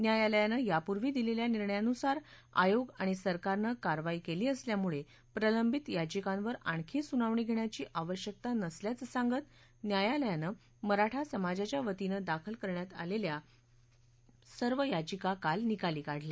न्यायालयानं यापूर्वी दिलेल्या निर्णयानुसार आयोग आणि सरकारनं कारवाई केली असल्यामुळे प्रलंबित याचिकांवर आणखी सुनावणी घेण्याची आवश्यकता नसल्याचं सांगत न्यायालयानं मराठा समाजाच्यावतीनं दाखल करण्यात आलेल्या सर्व याचिका काल निकाली काढल्या